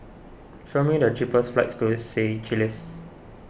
show me the cheapest flights to Seychelles